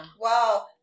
Wow